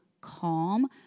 calm